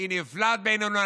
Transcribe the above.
"היא נפלאת בעינינו".